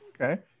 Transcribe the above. Okay